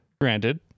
Granted